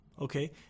Okay